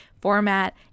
format